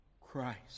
Christ